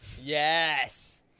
Yes